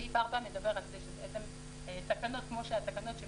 סעיף 4 מדבר על כך שתקנות כמו אלה שמובאות